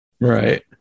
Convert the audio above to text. Right